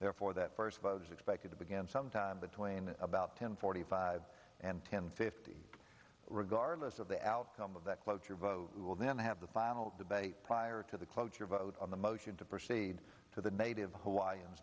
therefore that first was expected to begin sometime between about ten forty five and ten fifty regardless of the outcome of that cloture vote will then have the final debate prior to the cloture vote on the motion to proceed to the native hawaiian